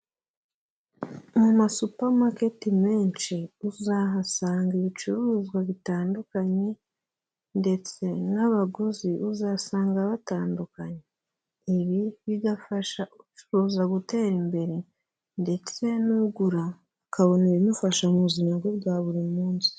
Mu ma supamaketi menshi uzahasanga ibicuruzwa bitandukanye ndetse n'abaguzi uzasanga batandukanye, ibi bigafasha ucuruza gutera imbere ndetse n'ugura akabona ibimufasha mu buzima bwe bwa buri munsi.